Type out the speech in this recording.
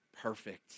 perfect